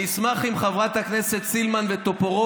אני אשמח אם חברי הכנסת סילמן וטופורובסקי,